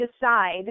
decide